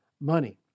money